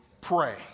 pray